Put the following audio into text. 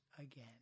again